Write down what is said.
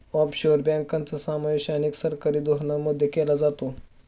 offshore बँकांचा समावेश अनेक सरकारी धोरणांमध्ये केला जातो